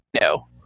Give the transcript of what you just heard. No